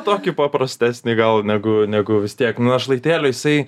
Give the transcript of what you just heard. tokį paprastesnį gal negu negu vis tiek našlaitėlio jisai